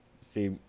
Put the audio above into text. See